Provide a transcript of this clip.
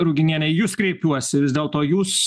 ruginiene į jus kreipiuosi vis dėlto jūs